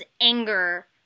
anger